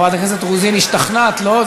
חברת הכנסת רוזין, השתכנעת, לא?